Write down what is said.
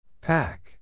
Pack